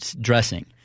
dressing